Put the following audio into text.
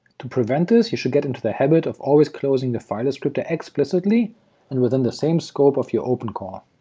to prevent this, you should get into the habit of always closing the file descriptor explicitly and within the same scope of your open two call.